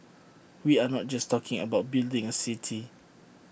we are not just talking about building A city